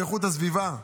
באיכות הסביבה,